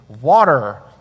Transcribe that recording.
water